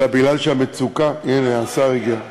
אלא מפני שהמצוקה, הנה השר הגיע.